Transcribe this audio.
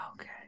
Okay